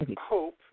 hope